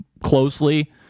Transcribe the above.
closely